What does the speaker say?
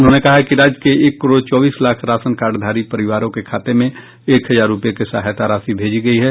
उन्होंने कहा कि राज्य के एक करोड़ चौबीस लाख राशन कार्डधारी परिवारों के खाते में एक हजार रूपये की सहायता राशि भेजी गयी है